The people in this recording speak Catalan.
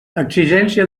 exigència